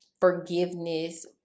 forgiveness